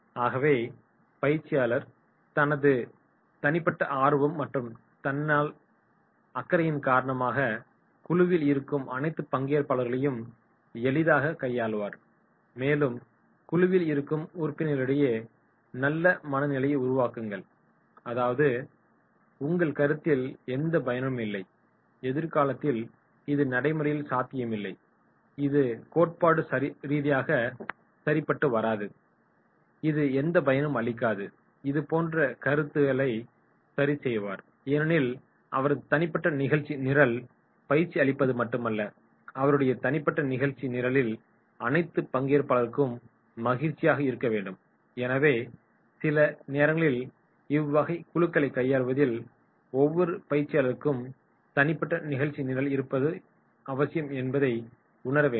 ஆகவே பயிற்சியாளர் தனது தனிப்பட்ட ஆர்வம் மற்றும் தன்னல அக்கறையின் காரணமாக குழுவில் இருக்கும் அனைத்து பங்கேற்பாளர்களையும் எளிதாக கையாள்வர் மேலும் குழுவில் இருக்கும் உறுப்பினர்களிடையே நல்ல மனநிலையை உருவாக்குவார் அதாவது "உங்கள் கருத்தில் எந்த பயனுமில்லை எதிர்காலத்தில் இது நடைமுறையில் சாத்தியமில்லை இது கோட்பாட்டு ரீதியாக சரிபட்டுவராது இது எந்தப் பயனும் அளிக்காது இது போன்ற கருத்தை சரிசெய்வார் "ஏனெனில் அவரது தனிப்பட்ட நிகழ்ச்சி நிரல் பயிற்சிஅளிப்பது மட்டுமல்ல அவருடைய தனிப்பட்ட நிகழ்ச்சி நிரலில் அனைத்து பங்கேற்பாளர்களும் மகிழ்ச்சியாக இருக்க வேண்டும் எனவே சில நேரங்களில் இவ்வகை குழுக்களை கையாள்வதில் ஒவ்வாரு பயிற்சியாளர்களுக்கும் தனிப்பட்ட நிகழ்ச்சி நிரல் இருப்பது அவசியம் என்பதை உணர வேண்டும்